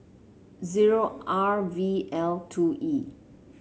zero R V L two E